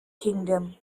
kingdom